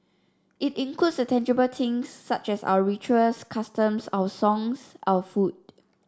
it includes the intangible things such as our rituals customs our songs our food